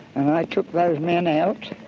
and i took those men out